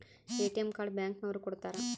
ATM card bank ನವರು ಕೊಡ್ತಾರ